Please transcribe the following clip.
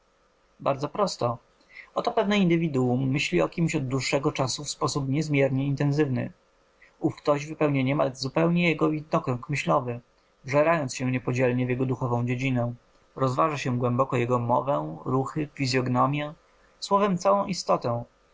bardzo prosto oto pewne indywiduum myśli o kimś od dłuższego czasu w sposób niezmiernie intenzywny ów ktoś wypełnia niemal zupełnie jego widnokrąg myślowy wżerając się niepodzielnie w jego duchową dziedzinę rozważa się głęboko jego mowę ruchy fizyognomię słowem całą istotę